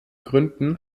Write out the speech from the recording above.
gründen